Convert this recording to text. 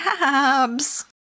abs